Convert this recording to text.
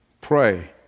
pray